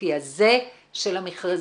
הספציפי הזה של המכרזים.